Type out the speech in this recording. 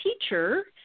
teacher